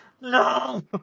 No